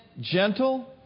gentle